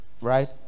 right